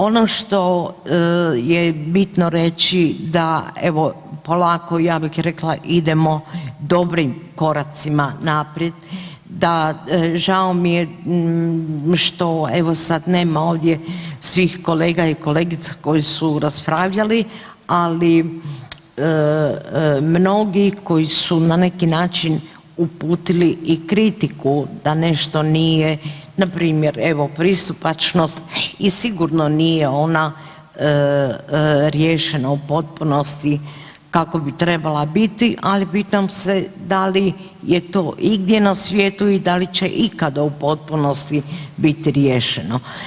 Ono što je bitno reći da evo, polako, ja bih rekla idemo dobrim koracima naprijed, da, žao mi je što evo sad nema ovdje svih kolega i kolegica koji su raspravljali, ali mnogi koji su na neki način uputili i kritiku što nije, npr. evo, pristupačnost i sigurno nije ona riješena u potpunosti kako bi trebala biti, ali pitam se, da li je to igdje na svijetu i da li će ikada u potpunosti biti riješeno?